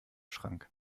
schrank